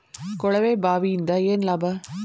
ಕೊಳವೆ ಬಾವಿಯಿಂದ ಏನ್ ಲಾಭಾ?